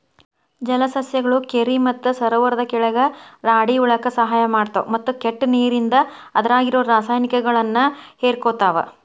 ಜಲಸಸ್ಯಗಳು ಕೆರಿ ಮತ್ತ ಸರೋವರದ ಕೆಳಗ ರಾಡಿ ಉಳ್ಯಾಕ ಸಹಾಯ ಮಾಡ್ತಾವು, ಮತ್ತ ಕೆಟ್ಟ ನೇರಿಂದ ಅದ್ರಾಗಿರೋ ರಾಸಾಯನಿಕಗಳನ್ನ ಹೇರಕೋತಾವ